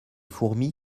fourmis